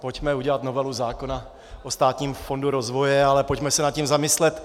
Pojďme udělat novelu zákona o Státním fondu rozvoje, ale pojďme se nad tím zamyslet.